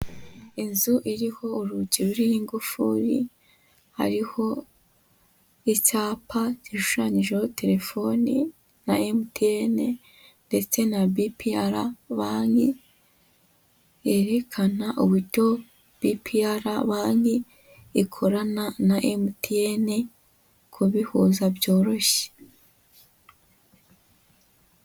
Inzu iriho urugi rurho ingufuri, hariho icyapa gishushanyijeho terefoni ya MTN ndetse na BPR banki, yerekana uburyo BPR banki ikorana na MTN, kubihuza byoroshye.